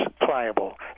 pliable